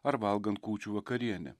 ar valgant kūčių vakarienę